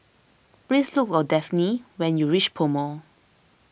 please look for Dafne when you reach PoMo